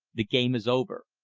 the game is over.